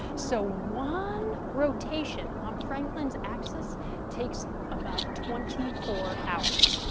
so one rotation on franklin's axis takes about twenty four hours.